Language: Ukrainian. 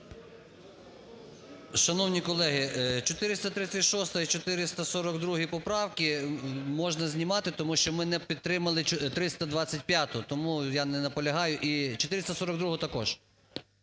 Шановні колеги, 436 і 442 поправки можна знімати, тому що ми не підтримали 325-у, тому я не наполягаю, і 442-у також.